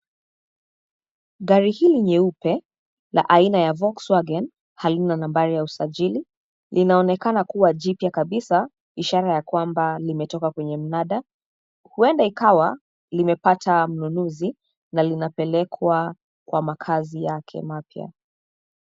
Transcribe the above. Gari hili nyeupe la aina ya Volkswagen haina nambari ya usajili. Linaonekana kuwa jipya kabisa, ishara ya kwamba limetoka kwenye mnada. Huenda ikawa limepata mnunuzi na linapelekwa kwa makazi yake mapya.